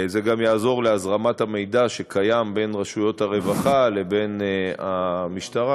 זה גם יעזור לזרימת המידע בין רשויות הרווחה לבין המשטרה,